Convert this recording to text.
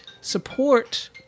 support